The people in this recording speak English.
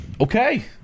Okay